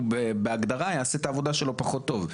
הוא בהגדרה יעשה את העבודה שלו פחות טוב,